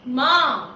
mom